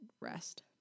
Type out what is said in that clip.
rest